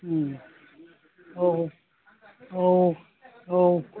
औ औ औ